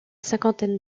cinquantaine